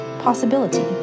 possibility